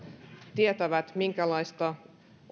tietävät minkälaista